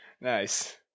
Nice